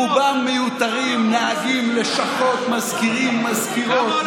רובם מיותרים, נהגים, לשכות, מזכירים, מזכירות.